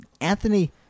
Anthony